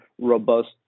robust